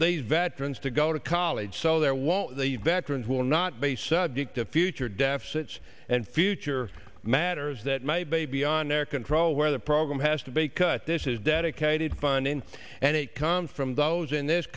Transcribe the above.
these veterans to go to college so there won't be veterans will not be subject to future deficits and future matters that maybe beyond our control where the program has to be cut this is dedicated funding and it comes from those in this